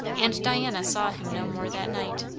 and diana saw him no more that night.